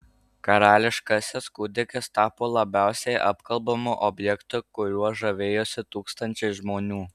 karališkasis kūdikis tapo labiausiai apkalbamu objektu kuriuo žavėjosi tūkstančiai žmonių